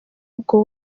ubwo